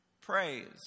praise